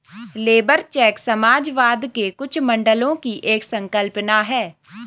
labour check समाजवाद के कुछ मॉडलों की एक संकल्पना है